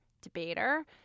debater